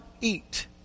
eat